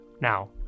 now